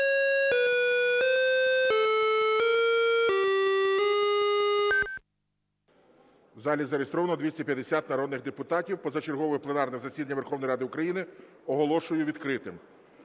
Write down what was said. У залі зареєстровано 250 народних депутатів. Позачергове пленарне засідання Верховної Ради України оголошую відкритим.